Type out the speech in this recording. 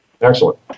Excellent